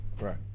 right